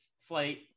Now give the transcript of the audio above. flight